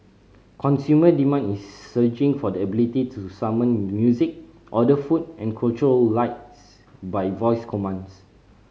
consumer demand is surging for the ability to summon music order food and control lights by voice commands